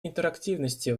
интерактивности